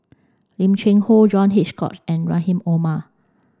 Lim Cheng Hoe John Hitchcock and Rahim Omar